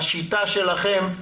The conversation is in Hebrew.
בשיטה שלכם,